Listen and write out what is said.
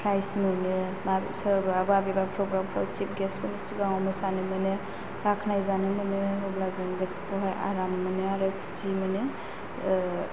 price मोनो सोरबाबा बबावबाफोर सिप गेस्त फोरनि सिगाङाव मोसानो मोनो बाख्नाय जानो मोनो अब्ला जों गोसोखौहाय आराम मोनो खुसि मोनो